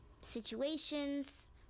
situations